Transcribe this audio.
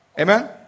Amen